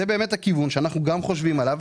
זה באמת הכיוון שאנחנו גם חושבים עליו,